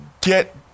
get